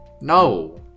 No